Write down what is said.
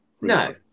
No